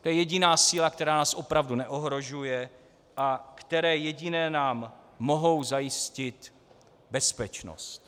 To je jediná síla, která nás opravdu neohrožuje a která jediná nám mohou zajistit bezpečnost.